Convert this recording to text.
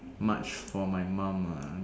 much for my mom ah